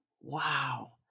wow